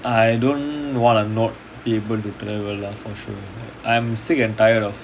I don't want to not be able to travel lah for sure I'm sick and tired of